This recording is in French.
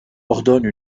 ordonne